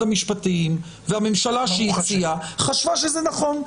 המשפטים והממשלה שהציעה חשבו שזה נכון,